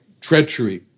treachery